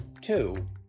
Two